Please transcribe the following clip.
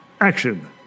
action